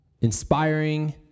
inspiring